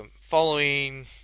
following